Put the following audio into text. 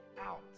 out